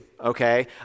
okay